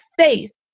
faith